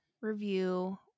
review